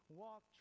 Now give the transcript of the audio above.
walk